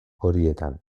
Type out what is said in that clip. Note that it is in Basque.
horietan